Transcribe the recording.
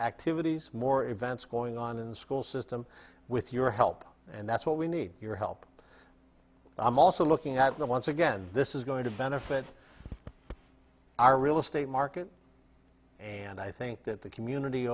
activities more events going on in the school system with your help and that's what we need your help i'm also looking at once again this is going to benefit our real estate market and i think that the community